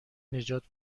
نجات